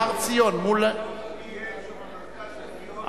בסוף יהיה שם מרכז קניות.